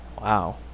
Wow